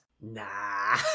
Nah